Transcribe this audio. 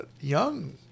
young